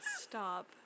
stop